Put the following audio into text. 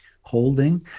holding